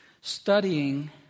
Studying